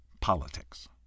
politics